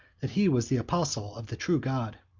that he was the apostle of the true god.